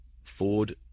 Ford